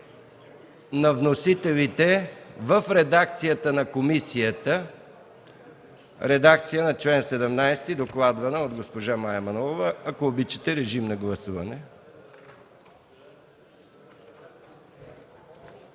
на вносителите в редакцията на комисията – редакция на чл. 17, докладвана от госпожа Мая Манолова. Ако обичате, режим на гласуване.